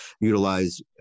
utilize